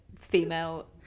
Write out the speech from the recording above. female